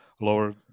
lower